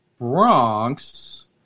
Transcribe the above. Bronx